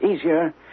easier